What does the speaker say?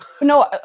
No